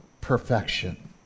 perfection